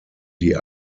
die